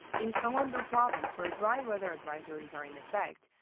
in gangwon-do province, where dry weather advisories are in effect,